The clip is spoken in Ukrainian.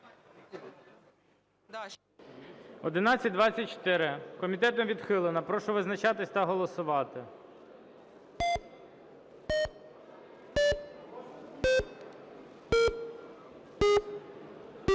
1351. Комітетом відхилена. Прошу визначатися та голосувати.